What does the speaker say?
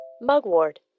Mugwort